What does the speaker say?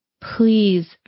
please